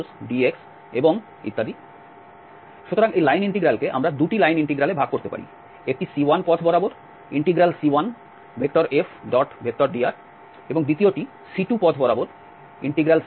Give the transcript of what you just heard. সুতরাং এই লাইন ইন্টিগ্রালকে আমরা 2 টি লাইন ইন্টিগ্রালে ভাগ করতে পারি একটি C1 পথ বরাবর C1F⋅dr এবং দ্বিতীয়টি C2 পথ বরাবর C2F⋅dr